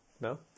No